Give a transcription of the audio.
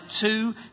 two